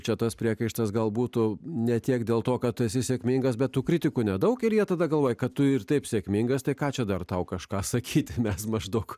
čia tas priekaištas gal būtų ne tiek dėl to kad tu esi sėkmingas bet tų kritikų nedaug ir jie tada galvoja kad tu ir taip sėkmingas tai ką čia dar tau kažką sakyti mes maždaug